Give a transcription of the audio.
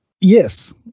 Yes